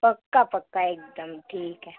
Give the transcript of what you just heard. पक्का पक्का एकदम ठीक आहे